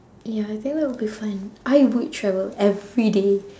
ya I think will be fun I would travel everyday